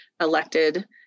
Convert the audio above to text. elected